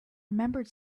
remembered